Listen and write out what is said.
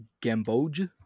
Gamboge